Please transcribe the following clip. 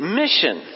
mission